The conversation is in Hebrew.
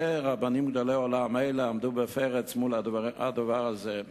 רבנים גדולי עולם אלה עמדו בפרץ מול הדבר הזה.